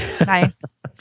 nice